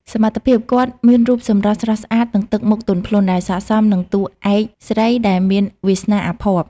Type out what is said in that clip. សមត្ថភាព គាត់មានរូបសម្រស់ស្រស់ស្អាតនិងទឹកមុខទន់ភ្លន់ ដែលស័ក្តិសមនឹងតួឯកស្រីដែលមានវាសនាអភ័ព្វ។